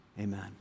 Amen